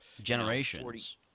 generations